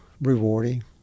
rewarding